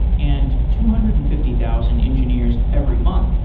and two hundred and fifty thousand engineers every month.